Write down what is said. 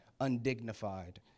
undignified